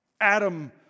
adam